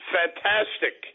fantastic